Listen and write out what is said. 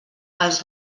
els